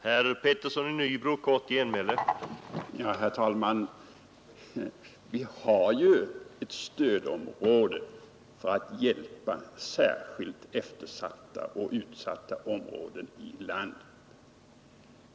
Herr talman! Vi har ju ett stödområde för att hjälpa särskilt eftersatta och utsatta områden i vårt land.